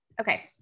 Okay